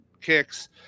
kicks